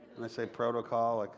and i say protocol? like